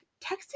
texting